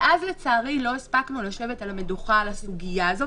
מאז לצערי לא הספקנו לשבת על המדוכה על הסוגיה הזאת,